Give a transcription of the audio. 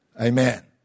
Amen